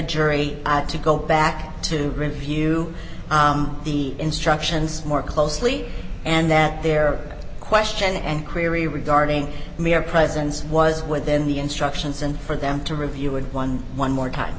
jury to go back to review the instructions more closely and that there are question and creamery regarding mere presence was within the instructions and for them to review and eleven more time